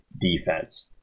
defense